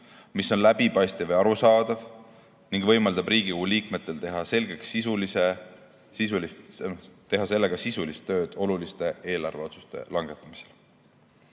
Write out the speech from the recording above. mis on läbipaistev ja arusaadav ning võimaldab Riigikogu liikmetel teha sellega sisulist tööd oluliste eelarveotsuste langetamisel.